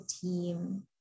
team